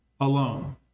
alone